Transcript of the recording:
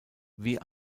wie